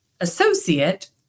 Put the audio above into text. associate